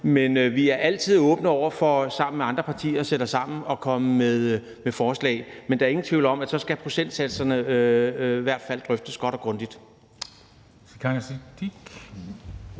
men vi er altid åbne over for sammen med andre partier at sætte os sammen og komme med forslag. Men der er ingen tvivl om, at procentsatserne i hvert fald så skal drøftes godt og grundigt.